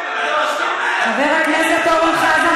חבר הכנסת אורן חזן,